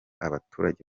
abaturage